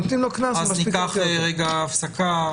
אז ניקח הפסקה.